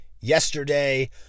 Yesterday